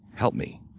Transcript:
help me.